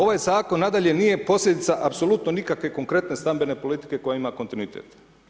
Ovaj zakon nadalje nije posljedica apsolutno nikakve konkretne stambene politike koja ima kontinuitet.